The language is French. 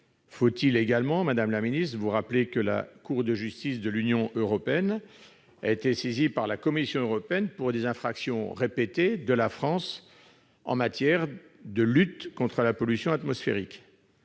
Faut-il vous rappeler que la Cour de justice de l'Union européenne a été saisie par la Commission européenne pour des infractions répétées de la France en matière de lutte contre la pollution atmosphérique ?